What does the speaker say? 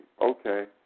okay